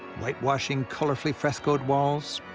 whitewashing colorfully frescoed walls,